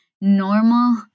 normal